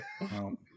No